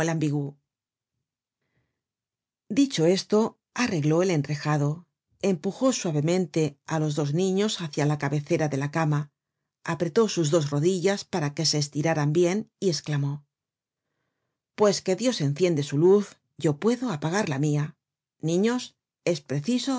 dicho esto arregló el enrejado empujó suavemente á los dos niños hácia la cabecera de la cama apretó sus rodillas para que se estiraran bien y esclamó pues que dios enciende su luz yo puedo apagar la mia niños es preciso